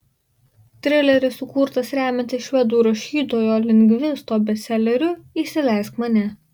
trileris sukurtas remiantis švedų rašytojo lindgvisto bestseleriu įsileisk mane